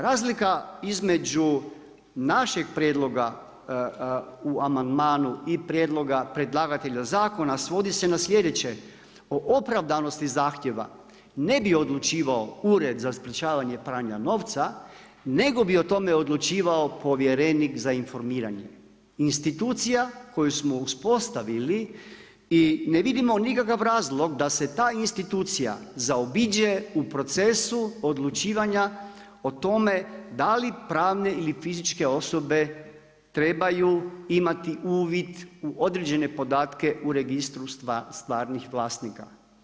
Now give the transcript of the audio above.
Razlika između našeg prijedloga u amandmanu i prijedloga predlagatelja zakona svodi se na sljedeće, o opravdanosti zahtjeva ne bi odlučivao Ured za sprječavanje pranja novca, nego bi o tome odlučivao povjerenik za informiranje, institucija koju smo uspostavili i ne vidimo nikakav razlog da se ta institucija ne zaobiđe u procesu odlučivanja o tome, da li pravne ili fizičke osobe trebaju imati uvid u određene podatke u registru stvarnih vlasnika.